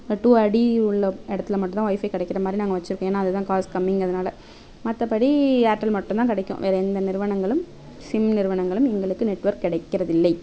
two அடி உள்ள இடத்துல மட்டுந்தான் ஒய்ஃபை கிடைக்கிற மாதிரி நாங்கள் வெச்சுருக்கோம் ஏன்னா அது தான் காசு கம்மிங்கிறதுனால மற்றபடி ஏர்டெல் மட்டும்தான் கிடைக்கும் வேற எந்த நிறுவனங்களும் சிம் நிறுவனங்களும் எங்களுக்கு நெட்ஒர்க் கிடைக்கிறதில்லை